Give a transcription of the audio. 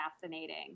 fascinating